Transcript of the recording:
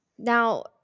Now